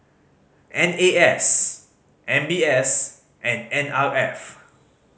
N A S M B S and N R F